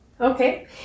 Okay